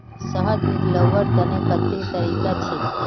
शहद निकलव्वार तने कत्ते तरीका छेक?